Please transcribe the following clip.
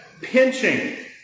Pinching